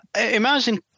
Imagine